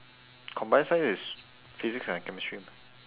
combined science is physics and chemistry mah